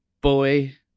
boy